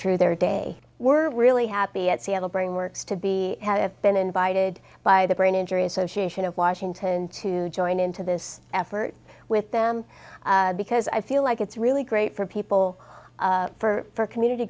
through their day we're really happy at seattle brain works to be have been invited by the brain injury association of washington to join into this effort with them because i feel like it's really great for people for community